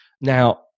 Now